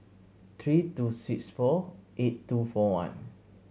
three two six four eight two four one